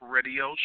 Radio